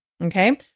Okay